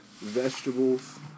vegetables